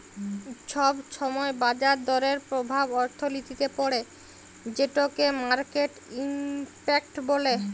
ছব ছময় বাজার দরের পরভাব অথ্থলিতিতে পড়ে যেটকে মার্কেট ইম্প্যাক্ট ব্যলে